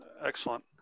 Excellent